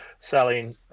selling